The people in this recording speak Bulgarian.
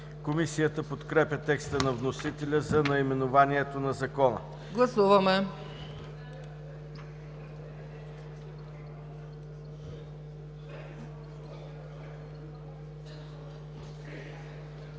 Комисията подкрепя текста на вносителя за наименованието на Закона.